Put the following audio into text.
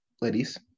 Ladies